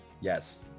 Yes